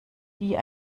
die